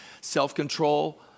self-control